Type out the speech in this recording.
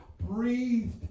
breathed